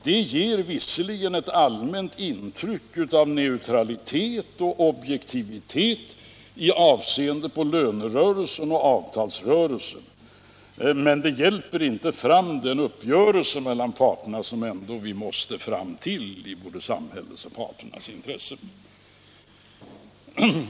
Det ger visserligen ett allmänt intryck av neutralitet och objektivitet med avseende på lönerörelsen och avtalsrörelsen, men det hjälper inte fram en uppgörelse mellan parterna, en uppgörelse som vi måste få fram både i samhällets och i parternas intresse.